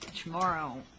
tomorrow